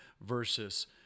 versus